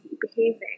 behaving